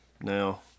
now